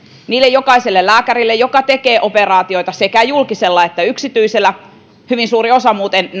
jokaiselle niistä lääkäreistä jotka tekevät operaatioita sekä julkisella että yksityisellä hyvin suuri osa heistä muuten